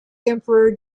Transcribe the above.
emperor